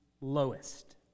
lowest